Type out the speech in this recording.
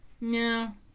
no